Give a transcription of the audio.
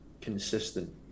consistent